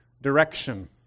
direction